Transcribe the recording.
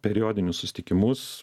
periodinius susitikimus